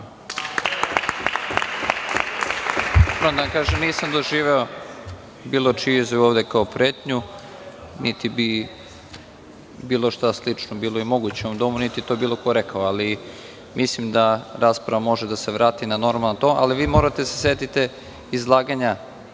da vam kažem, nisam doživeo bilo čiju izjavu ovde kao pretnju niti bi bilo šta slično bilo i moguće u ovom domu, niti je to bilo ko rekao, ali mislim da rasprava može da se vrati na normalan ton, ali vi morate da se setite izlaganja